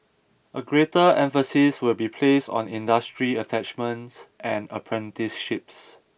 a greater emphasis will be placed on industry attachments and apprenticeships